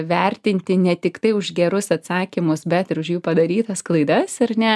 vertinti ne tiktai už gerus atsakymus bet ir už jų padarytas klaidas ar ne